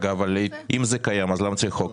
אם זה קיים אז למה צריך חוק?